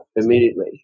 immediately